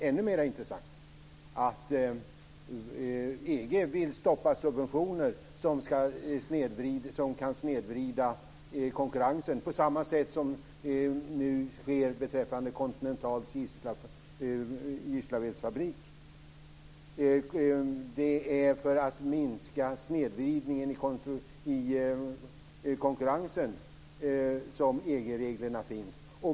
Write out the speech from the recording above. Ännu mer intressant är att EU vill stoppa subventioner som kan snedvrida konkurrensen, på samma sätt som nu sker beträffande Continentals Gislavedsfabrik. EG-reglerna finns för att minska snedvridningen i konkurrensen.